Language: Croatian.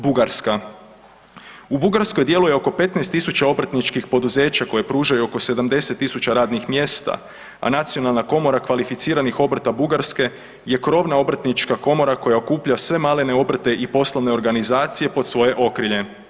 Bugarska, u Bugarskoj djeluje oko 15.000 obrtničkih poduzeća koje pružaju oko 70.000 radnih mjesta, a nacionalna komora kvalificiranih obrta Bugarske je krovna obrtnička komora koja okuplja sve malene obrte i poslovne organizacije pod svoje okrilje.